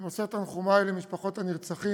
אני מוסר את תנחומי למשפחות הנרצחים,